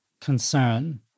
concern